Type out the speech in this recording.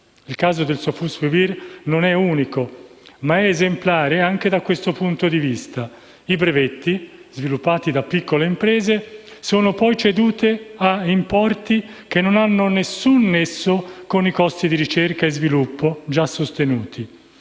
Il caso del Sofosbuvir non è unico, ma esemplare anche da questo punto di vista. I brevetti sviluppati da piccole imprese sono poi ceduti a importi che non hanno alcun nesso con i costi di ricerca e sviluppo già sostenuti,